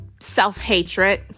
self-hatred